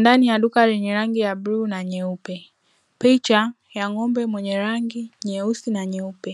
Ndani ya duka lenye rangi ya bluu na nyeupe. Picha ya ng'ombe mwenye rangi nyeusi na nyeupe,